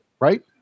right